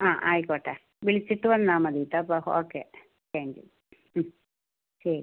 ആ ആയിക്കോട്ടെ വിളിച്ചിട്ട് വന്നാൽ മതി കേട്ടോ അപ്പോൾ ഓക്കെ താങ്ക് യൂ മ് ശരി